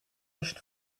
rushed